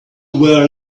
were